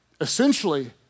Essentially